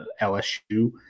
LSU